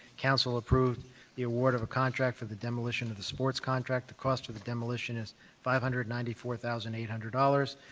council approved the award of a contract for the demolition of the sports contract. the cost of the demolition is five hundred and ninety four thousand eight hundred dollars.